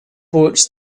boats